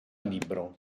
libro